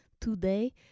today